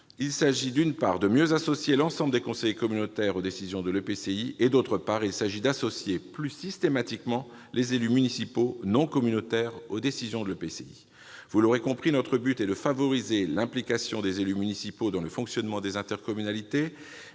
il s'agit, d'une part, de mieux associer l'ensemble des conseillers communautaires aux décisions de l'EPCI et, d'autre part, d'associer plus systématiquement les élus municipaux non communautaires à ces décisions. Vous l'aurez compris, notre but est de favoriser l'implication des élus municipaux dans le fonctionnement des intercommunalités.